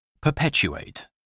Perpetuate